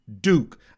duke